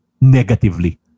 negatively